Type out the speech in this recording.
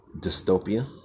dystopia